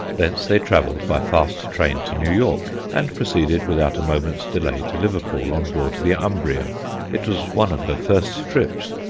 thence they travelled by fast train to new york, and proceeded without a moment's delay to liverpool on board the umbria it was one of her first trips.